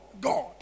God